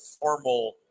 formal